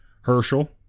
Herschel